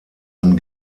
ein